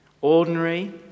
Ordinary